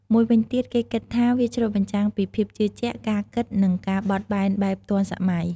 មួយវិញទៀត គេគិតថា វាឆ្លុះបញ្ជាំងពីភាពជឿជាក់ ការគិត និង ការបត់បែនបែបទាន់សម័យ។